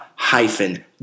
Hyphen